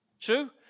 True